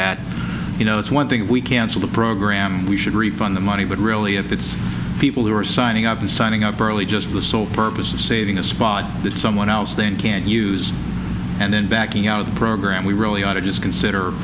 at you know it's one thing we cancel the program we should refund the money but really if it's people who are signing up and signing up early just for the sole purpose of saving a spot to someone else they can't use and then backing out of the program we really ought to just consider